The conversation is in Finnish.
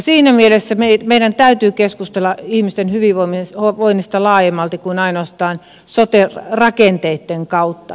siinä mielessä meidän täytyy keskustella ihmisten hyvinvoinnista laajemmalti kuin ainoastaan sote rakenteitten kautta